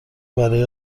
برای